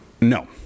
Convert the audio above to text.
No